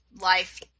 life